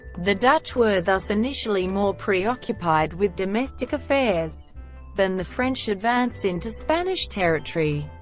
the dutch were thus initially more preoccupied with domestic affairs than the french advance into spanish territory.